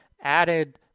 added